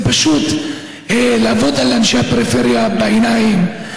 זה פשוט לעבוד על אנשי הפריפריה בעיניים.